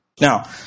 Now